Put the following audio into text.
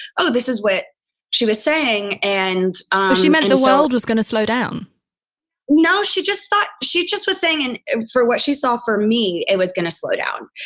oh, this is what she was saying. and she meant the world was gonna slow down no, she just thought, she just was saying and and for what she saw for me, it was gonna slow down.